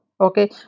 okay